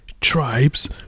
tribes